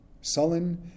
sullen